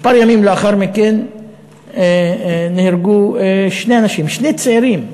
כמה ימים לאחר מכן נהרגו שני אנשים, שני צעירים,